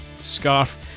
scarf